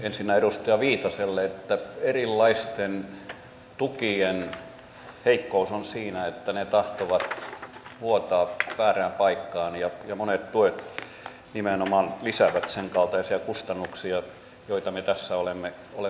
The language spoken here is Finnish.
ensin edustaja viitaselle että erilaisten tukien heikkous on siinä että ne tahtovat vuotaa väärään paikkaan ja monet tuet nimenomaan lisäävät sen kaltaisia kustannuksia joita me tässä olemme moittimassa